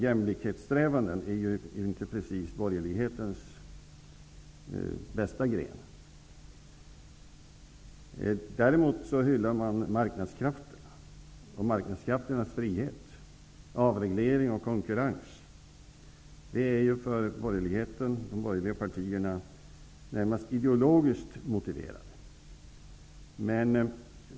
Jämlikhetssträvanden är inte precis borgerlighetens bästa gren. Däremot hyllar man marknadskrafterna och marknadskrafternas frihet. Avreglering och konkurrens motiveras för de borgerliga partierna närmast av ideologiska skäl.